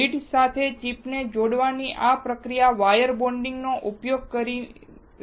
lead સાથે ચિપને જોડવાની આ પ્રક્રિયા વાયર બોન્ડિંગનો ઉપયોગ કરી રહી છે